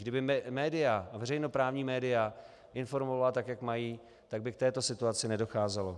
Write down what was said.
Kdyby média, veřejnoprávní média, informovala tak, jak mají, tak by k této situaci nedocházelo.